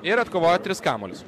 ir atkovojo tris kamuolius